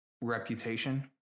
reputation